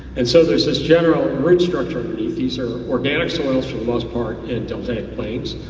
and so there's this general root structure underneath, these are organic soils for the most part and delta plains.